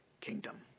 kingdom